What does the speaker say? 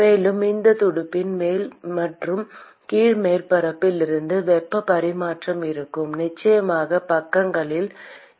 மேலும் இந்த துடுப்பின் மேல் மற்றும் கீழ் மேற்பரப்பில் இருந்து வெப்ப பரிமாற்றம் இருக்கும் நிச்சயமாக பக்கங்களிலும் இருக்கும்